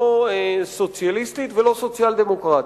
לא סוציאליסטית ולא סוציאל-דמוקרטית,